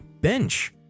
bench